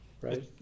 Right